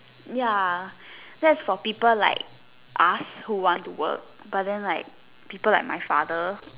ya that's for people lie us who want to work but then like people like my father